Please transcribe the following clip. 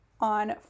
on